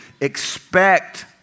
expect